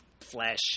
flesh